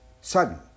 sudden